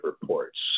reports